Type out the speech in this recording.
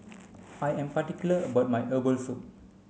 I am particular about my herbal soup